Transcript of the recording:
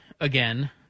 again